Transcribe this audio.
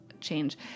change